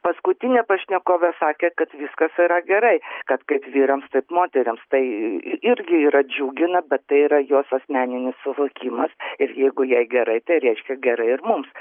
paskutinė pašnekovė sakė kad viskas yra gerai kad kaip vyrams taip moterims tai irgi yra džiugina bet tai yra jos asmeninis suvokimas ir jeigu jai gerai tai reiškia gerai ir mums